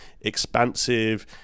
expansive